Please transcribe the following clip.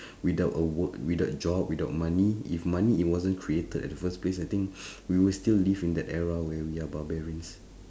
without a work without job without money if money it wasn't created at the first place I think we will still live in that era where we are barbarians